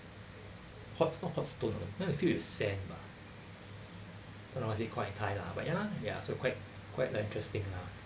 hot sto~ hot stone then it's filled with sand lah quite authentic quite thai lah but ya ya so quite quite like interesting lah